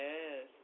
Yes